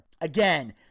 Again